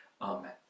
Amen